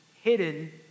hidden